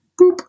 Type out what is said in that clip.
boop